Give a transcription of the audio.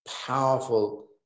powerful